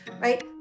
right